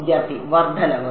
വിദ്യാർത്ഥി വർദ്ധനവ്